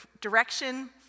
direction